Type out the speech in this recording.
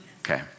Okay